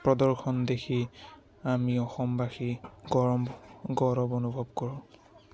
প্ৰদৰ্শন দেখি আমি অসমবাসী গৰম গৌৰৱ অনুভৱ কৰোঁ